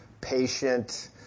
patient